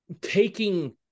taking